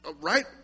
right